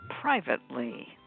privately